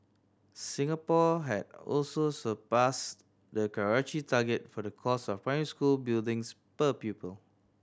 Singapore had also surpassed the Karachi target for the cost of primary school buildings per pupil